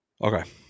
Okay